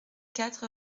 quatre